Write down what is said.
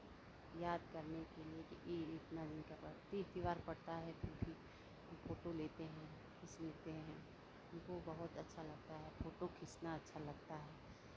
याद करने के लिये कि ये इतना दिन का तीज त्योहार पड़ता है तो हम फिर हम फोटो लेते हैं खींच लेते हैं हमको बहुत अच्छा लगता है फोटो खींचना अच्छा लगता है